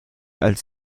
als